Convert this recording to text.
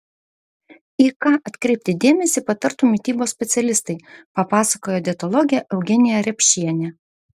į ką atkreipti dėmesį patartų mitybos specialistai papasakojo dietologė eugenija repšienė